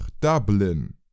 Dublin